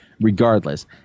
regardless